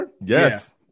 Yes